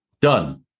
Done